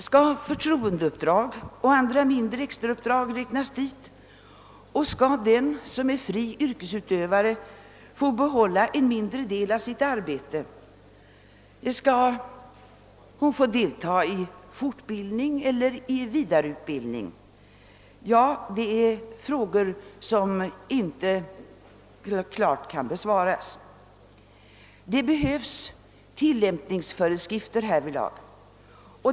Skall förtroendeuppdrag och andra mindre extrauppdrag räknas dit och skall den som är fri yrkesutövare få behålla en mindre del av sitt arbete, skall hon få delta i fortbildning eller vidareutbildning? Ja, det är frågor som inte klart kan besvaras. Det behövs tillämpningsföreskrifter härvidlag.